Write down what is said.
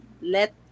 let